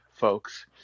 folks